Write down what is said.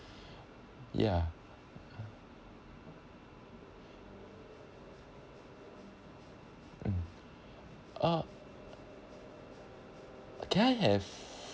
yeah mm uh can I have